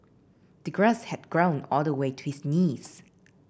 the grass had grown all the way to his knees